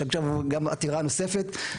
יש עכשיו גם עתירה נוספת,